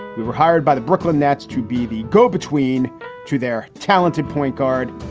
we were hired by the brooklyn nets to be the go-between to their talented point guard.